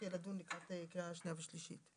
יהיה לדון לקראת קריאה שנייה ושלישית.